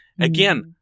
Again